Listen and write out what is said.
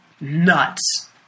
nuts